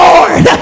Lord